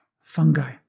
fungi